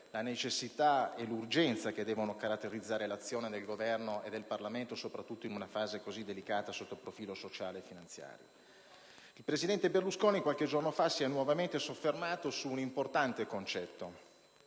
la necessità e l'urgenza che devono caratterizzare l'azione del Governo e del Parlamento, soprattutto in una fase così delicata sotto il profilo sociale e finanziario. Il presidente Berlusconi, qualche giorno fa, si è nuovamente soffermato su un importante concetto: